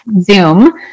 Zoom